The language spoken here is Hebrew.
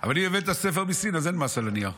אבל אם הבאת ספר מסין, אז אין מס על הנייר.